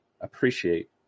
appreciate